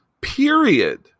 Period